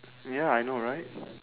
ya I know right